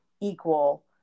equal